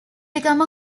become